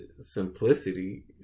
Simplicity